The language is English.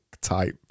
type